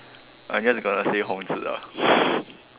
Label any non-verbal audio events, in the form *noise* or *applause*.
I'm just gonna say Hong-Zi ah *breath*